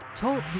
Talk